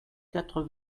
quatre